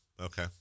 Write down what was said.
Okay